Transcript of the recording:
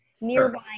nearby